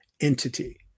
entity